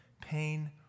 pain